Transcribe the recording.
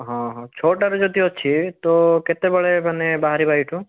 ହଁ ହଁ ଛଅଟାରେ ଯଦି ଅଛି ତ କେତେବେଳେ ମାନେ ବାହାରିବା ଏଇଠୁ